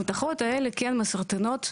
המתכות האלה כן מסרטנות,